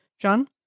John